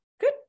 good